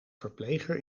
verpleger